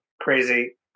crazy